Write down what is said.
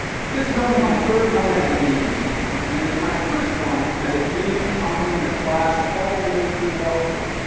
but this is only my third one as a dean and it is my first one as a dean accompanying a class all the way through law school.